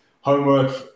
homework